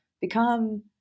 become